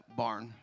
barn